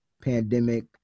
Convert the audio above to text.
pandemic